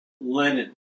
Lenin